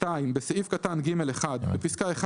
בסעיף קטן (ג1): בפסקה (1),